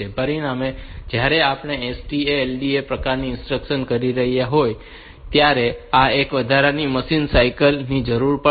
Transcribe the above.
પરિણામે જ્યારે આપણે આ STA LDA પ્રકારની ઇન્સ્ટ્રક્શન્સ કરી રહ્યા હોઈએ ત્યારે ત્યાં એક વધારાની મશીન સાયકલ ની જરૂર પડશે